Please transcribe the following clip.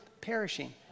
perishing